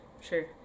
Sure